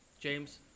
James